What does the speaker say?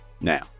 now